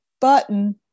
button